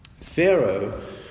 Pharaoh